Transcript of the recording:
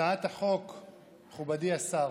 מכובדי השר,